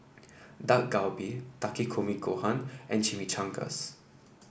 Dak Galbi Takikomi Gohan and Chimichangas